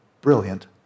brilliant